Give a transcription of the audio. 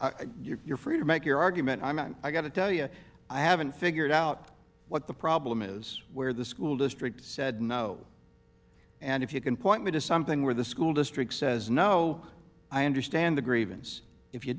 issue you're free to make your argument i mean i got to tell you i haven't figured out what the problem is where the school district said no and if you can point me to something where the school district says no i understand the grievance if you